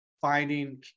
finding